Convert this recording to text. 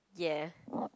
ya